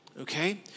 Okay